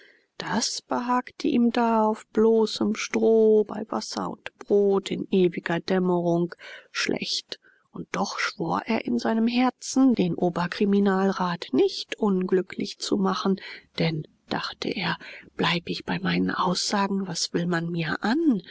das behagte ihm da auf bloßem stroh bei wasser und brot in ewiger dämmerung schlecht und doch schwor er in seinem herzen den oberkriminalrat nicht unglücklich zu machen denn dachte er bleib ich bei meinen aussagen was will man mir an